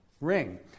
ring